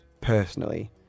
Personally